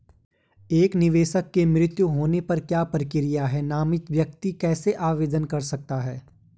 एक निवेशक के मृत्यु होने पर क्या प्रक्रिया है नामित व्यक्ति कैसे आवेदन कर सकता है?